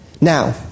Now